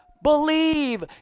Believe